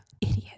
Idiot